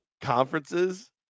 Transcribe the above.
conferences